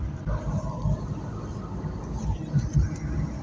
ಬ್ಯಾಂಕಿಂದ ತಾನ ತಿಂಗಳಾ ನನ್ನ ಕರೆಂಟ್ ಬಿಲ್ ಪಾವತಿ ಆಗ್ಬೇಕಂದ್ರ ಯಾವ ಅರ್ಜಿ ತುಂಬೇಕ್ರಿ?